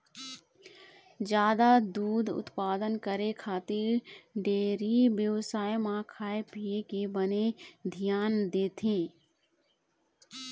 जादा दूद उत्पादन करे खातिर डेयरी बेवसाय म खाए पिए के बने धियान देथे